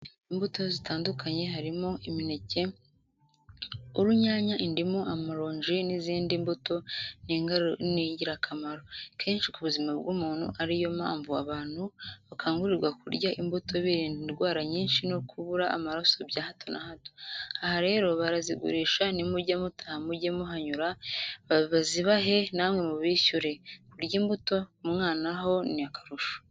Inbuto zitandukanye harimo imineke, urunyanya, indimu, amarongi n'izindi mbuto ni ingirakamaro, kenshi kubuzima bw'umuntu ariyo mpamvu abantu bakangurirwa kurya imbuto birinda indwara nyisnhi no kubura amaraso bya hato na hato. Aha rero barazigurisha nimujya mutaha mujye mubanyuraho bazibahe namwe mubishyure. Kurya imbuto ku mwanaho ni akarusho.